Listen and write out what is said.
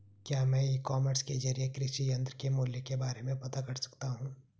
क्या मैं e-commerce के ज़रिए कृषि यंत्र के मूल्य के बारे में पता कर सकता हूँ?